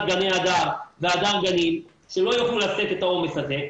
גני הדר והדר גנים שלא יוכלו לשאת את העומס הזה.